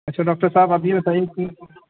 اچھا ڈاکٹر صاحب آپ یہ بتائیے کہ